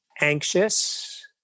Anxious